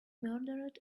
murdered